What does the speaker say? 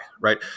right